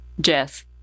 jess